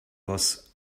was